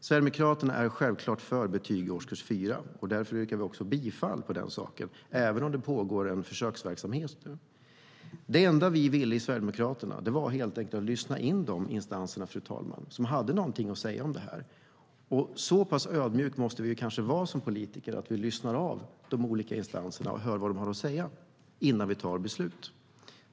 Sverigedemokraterna är självklart för betyg i årskurs 4. Därför yrkar vi också bifall till den saken, även om det pågår en försöksverksamhet nu. Det enda vi sverigedemokrater ville var helt enkelt att lyssna in de instanser som hade något att säga om det här. Och så pass ödmjuka måste vi kanske vara som politiker att vi lyssnar av vad de olika instanserna har att säga innan vi tar beslut.